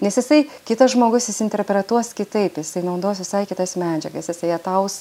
nes jisai kitas žmogus jis interpretuos kitaip jisai naudos visai kitas medžiagas jisai ataus